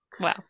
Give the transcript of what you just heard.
Wow